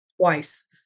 Twice